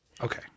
Okay